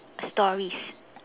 stories